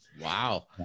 Wow